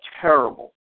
terrible